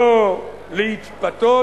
לא להתפתות,